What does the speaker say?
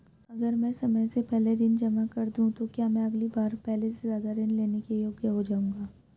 अगर मैं समय से पहले ऋण जमा कर दूं तो क्या मैं अगली बार पहले से ज़्यादा ऋण लेने के योग्य हो जाऊँगा?